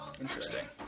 Interesting